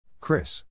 Chris